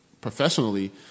professionally